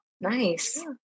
nice